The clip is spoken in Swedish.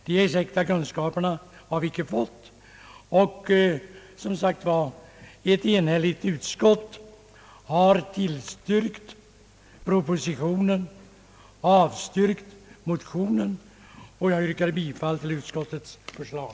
Dessa exakta kunskaper har vi icke fått, och ett enhälligt utskott har som sagt tillstyrkt propositionen och avstyrkt motionen. Jag yrkar bifall till utskottets hemställan.